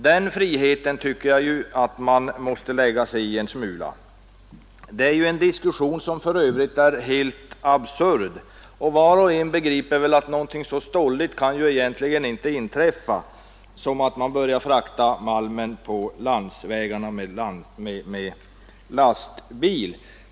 Den friheten tycker jag att man måste lägga sig i en smula. Detta är en helt absurd diskussion. Var och en begriper ju att något så stolligt egentligen inte kan inträffa som att man börjar frakta malmen på landsvägarna med lastbil.